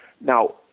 Now